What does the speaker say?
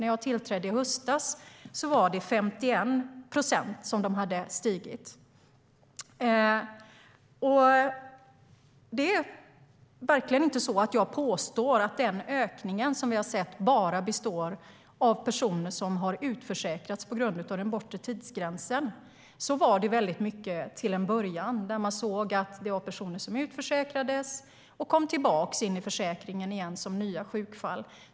När jag tillträdde i höstas hade de ökat med 51 procent. Jag påstår inte att ökningen bara består av personer som har utförsäkrats på grund av den bortre tidsgränsen. Så var det mycket till en början. Man såg att personer utförsäkrades och kom tillbaka in i försäkringen igen som nya sjukfall.